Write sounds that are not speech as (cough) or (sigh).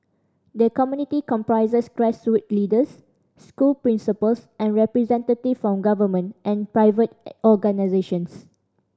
the committee comprises grassroot leaders school principals and representative from government and private (unintelligible) organisations